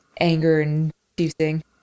anger-inducing